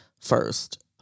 first